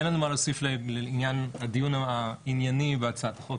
אין לנו מה להוסיף לעניין הדיון הענייני בהצעת החוק,